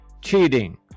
cheating